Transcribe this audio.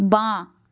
বাঁ